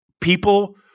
people